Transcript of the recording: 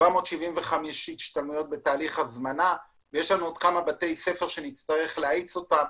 775 השתלמויות בתהליך הזמנה ויש עוד כמה בתי ספר שנצטרך להאיץ אותם.